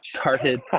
started